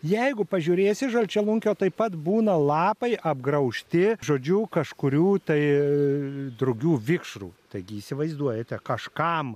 jeigu pažiūrėsi žalčialunkio taip pat būna lapai apgraužti žodžiu kažkurių tai drugių vikšrų taigi įsivaizduojate kažkam